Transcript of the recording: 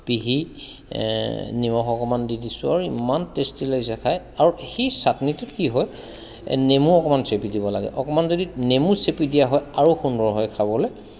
পিহি এই নিমখ অকণমান দি দিছোঁ আৰু ইমান টেষ্টি লাগিছে খাই আৰু সেই চাটনিটোত কি হয় এই নেমু অকণমান চেপি দিব লাগে অকভমান যদি নেমু চেপি দিয়া হয় আৰু সুন্দৰ হয় খাবলৈ